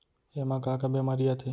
एमा का का बेमारी आथे?